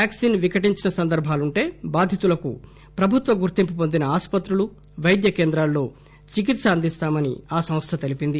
vaccine వికటించిన సందర్బాలు ఉంటే బాధితులకు ప్రభుత్వ గుర్తింపు వొందిన ఆసుపత్రులు వైద్య కేంద్రాల్లో చికిత్స అందిస్తామని ఆ సంస్థ తెలిపింది